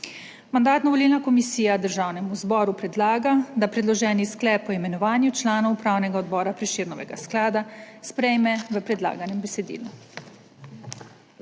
Mandatno-volilna komisija Državnemu zboru predlaga, da predloženi sklep o imenovanju članov Upravnega odbora Prešernovega sklada sprejme v predlaganem besedilu.